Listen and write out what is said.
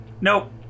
Nope